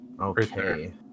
Okay